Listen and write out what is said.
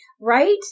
Right